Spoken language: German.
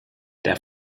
der